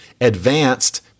advanced